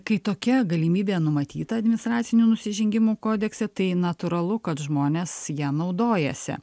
kai tokia galimybė numatyta administracinių nusižengimų kodekse tai natūralu kad žmonės ja naudojasi